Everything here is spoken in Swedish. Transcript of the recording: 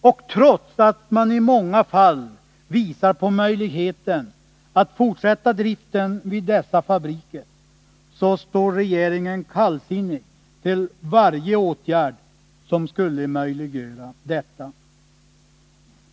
Och trots att man i många fall visar på möjligheten att fortsätta driften vid dessa fabriker, så står regeringen kallsinnig till varje åtgärd som skulle möjliggöra detta.